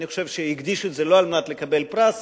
אני חושב שהם הקדישו את זה לא על מנת לקבל פרס,